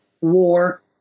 war